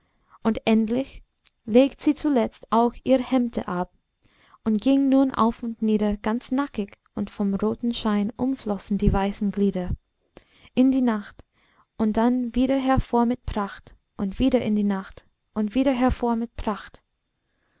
und endlich legt sie zuletzt auch ihr hemde ab und ging nun auf und nieder ganz nackig und vom roten schein umflossen die weißen glieder in die nacht und dann wieder hervor mit pracht und wieder in die nacht und wieder hervor mit pracht